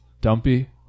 Dumpy